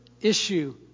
issue